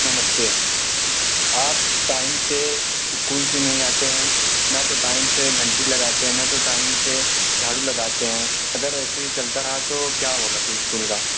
नमस्ते आप टाइम से स्कूल क्यों नहीं आते हैं ना तो टाइम से घन्टी लगाते हैं ना तो टाइम से झाड़ू लगाते हैं अगर ऐसे ही चलता रहा तो क्या होगा फिर स्कूल का